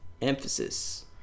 Emphasis